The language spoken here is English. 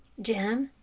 jim,